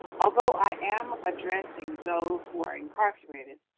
although i am addressing those who are incarcerated,